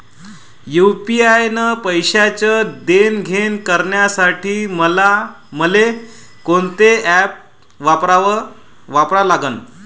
UPI न पैशाचं देणंघेणं करासाठी मले कोनते ॲप वापरा लागन?